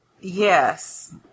Yes